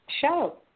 show